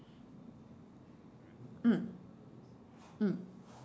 mm mm